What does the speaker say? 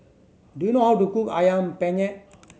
do you know how to cook Ayam Penyet